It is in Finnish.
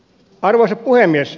arvoisa puhemies